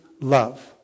love